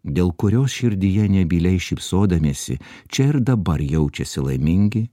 dėl kurios širdyje nebyliai šypsodamiesi čia ir dabar jaučiasi laimingi